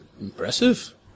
Impressive